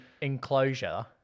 Enclosure